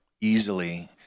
easily